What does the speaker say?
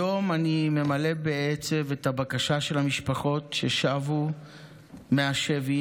היום אני ממלא בעצב את הבקשה של המשפחות ששבו מהשבי,